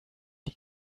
die